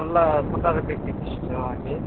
सोह्र सोह्र रुपियाँ केजी चाहिँ छ अहिले